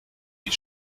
die